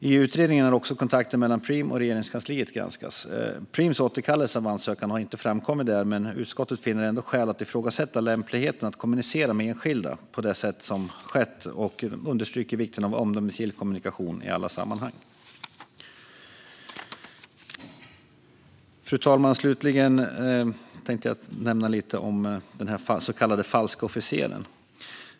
I utredningen har också kontakter mellan Preem och Regeringskansliet granskats. Preems återkallelse av ansökan har inte framkommit där, men utskottet finner ändå skäl att ifrågasätta lämpligheten i att kommunicera med enskilda på det sätt som skett och understryker vikten av omdömesgill kommunikation i alla sammanhang. Fru talman! Slutligen tänkte jag nämna något om den så kallade falske officeren.